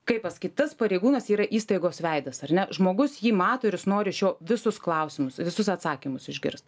kaip pasakyt tas pareigūnas yra įstaigos veidas ar ne žmogus jį mato ir jis nori iš jo visus klausimus visus atsakymus išgirs